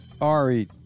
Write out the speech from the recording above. Ari